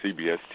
CBS